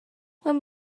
when